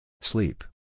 Sleep